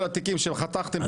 כל התיקים שחתכתם,